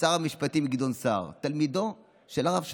שר המשפטים גדעון סער, תלמידו של הרב שפירא.